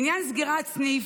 לעניין סגירת סניף,